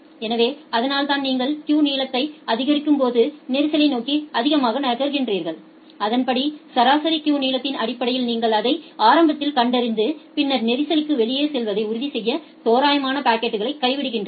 எனவே அதனால்தான் நீங்கள் கியூ நீளத்தை அதிகரிக்கும்போது நெரிசலை நோக்கி அதிகமாக நகர்கிறீர்கள் அதன்படி சராசரி கியூ நீளத்தின் அடிப்படையில் நீங்கள் அதை ஆரம்பத்தில் கண்டறிந்து பின்னர் நெரிசலுக்கு வெளியே செல்வதை உறுதிசெய்ய தோராயமாக பாக்கெட்களை கை விடுகிறீர்கள்